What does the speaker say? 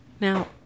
Now